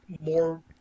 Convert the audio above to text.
more